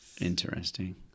Interesting